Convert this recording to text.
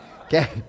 Okay